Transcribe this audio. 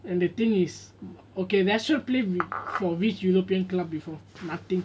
and the thing is okay rashford played with for which european club before nothing